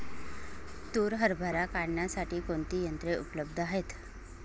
तूर हरभरा काढण्यासाठी कोणती यंत्रे उपलब्ध आहेत?